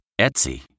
Etsy